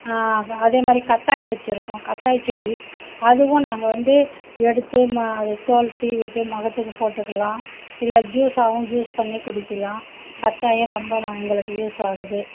அதேமாதிரி கத்தாயி வச்சியிருக்கோம் கத்தாயி செடி அதுவும் நாங்கள் வந்து எடுத்து மா அதை தோல் சீவிவிட்டு முகத்துக்கு போட்டுக்கலாம் இல்லை ஜூஸாகவும் ஜூஸ் பண்ணி குடிக்கலாம் கத்தாயும் ரொம்ப எங்களுக்கு யூஸ் ஆகுது